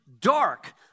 dark